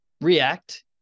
react